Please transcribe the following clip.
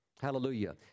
Hallelujah